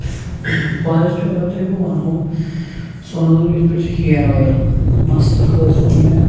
positive اَگر تۄہہِ بہٕ وَنہو سُہ وَنو تۄہہِ بہٕ یِتھ پٲٹھۍ ز ہِیر اویِل مَستہٕ خٲطرٕ اوٚن مےٚ